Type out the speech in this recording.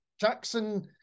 Jackson